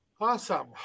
Awesome